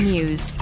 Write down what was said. News